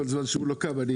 כל זמן שהוא לא קם...